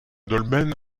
dolmen